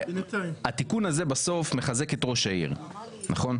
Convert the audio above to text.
הרי התיקון הזה בסוף מחזק את ראש העיר נכון?